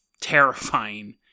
Terrifying